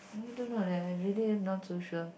you do know that everyday not so sure